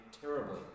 terribly